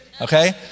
okay